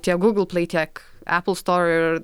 tiek gūgl plai tiek epl stor ir